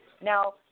Now